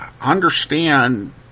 understand